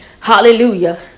hallelujah